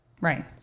Right